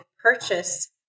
purchase